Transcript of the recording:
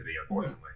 unfortunately